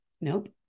nope